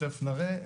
שתכף נראה,